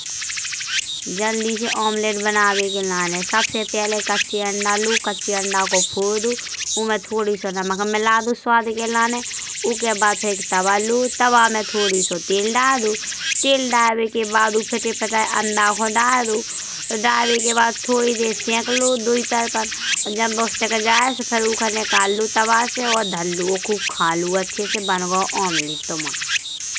जल्दी से ओमलेट बनबे के लाने। सबसे पहिले कच्चे अंडा लो। कच्चे अंडा को फोर दो। उमे थोड़ी सो नमक मिला दो स्वाद के लाने। उके बाद फिर एक तवा लो तवा में थोड़ी सो तेल दारदओ। तेल दारबे के बाद फिर उपे ते पे ते अंडा को दार देओ। दारबे के बाद फिर थोड़ी देर सेक लेओ दोईतरफन और जब वो सिक जाए। सो और फिर उका निकाल लो तवा से और धार लो। और खूब खा लो अच्छे से बन गओ ओमलेट तुहा।